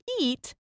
eat